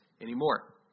anymore